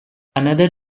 another